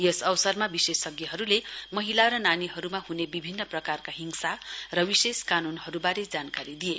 यस अवसरमा विशेषज्ञहरूले महिला र नानीहरूमा हुन विभिन्न प्रकारका हिँसा र विशेष कानूनहरूबारे जानकारी दिए